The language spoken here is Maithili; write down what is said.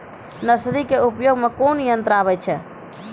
नर्सरी के उपयोग मे कोन यंत्र आबै छै?